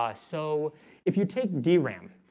ah so if you take dram,